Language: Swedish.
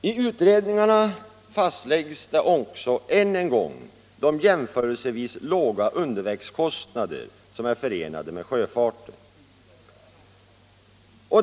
I utredningarna fastläggs än en gång de jämförelsevis låga undervägskostnader som är förenade med sjöfarten.